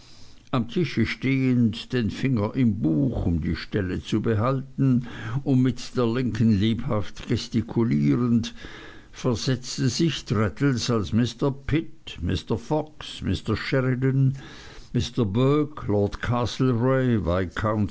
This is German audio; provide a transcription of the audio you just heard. am tische stehend den finger im buch um die stelle zu behalten und mit der linken lebhaft gestikulierend versetzte sich traddles als mr pitt mr fox mr sheridan mr burke lord